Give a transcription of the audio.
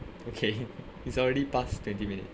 okay it's already past twenty minute